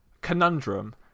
conundrum